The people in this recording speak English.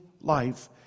life